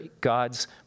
God's